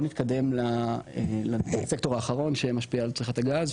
נתקדם לסקטור האחרון שמשפיע על צריכת הגז,